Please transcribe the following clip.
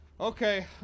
Okay